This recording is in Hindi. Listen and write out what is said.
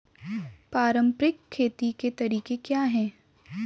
पारंपरिक खेती के तरीके क्या हैं?